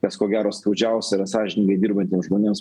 nes ko gero skaudžiausia yra sąžiningai dirbantiems žmonėms